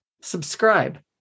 subscribe